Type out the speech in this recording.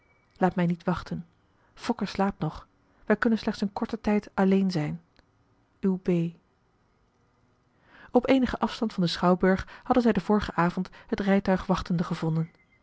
laat mij niet wachten fokke slaapt nog wij kunnen slechts een korten tijd alleen zijn uwe b op eenigen afstand van den schouwburg hadden zij den vorigen avond het rijtuig wachtende gevonden